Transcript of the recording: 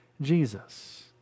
Jesus